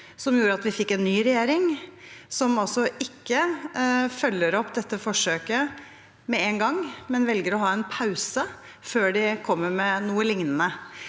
vi fikk en ny regjering, som altså ikke følger opp dette forsøket med en gang, men velger å ha en pause før de kommer med noe lignende.